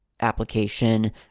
application